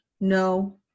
no